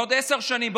בעוד עשר שנים?